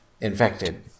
infected